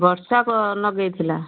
ବର୍ଷା ନଗେଇଥିଲା